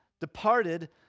departed